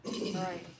Right